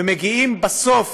ומגיעים בסוף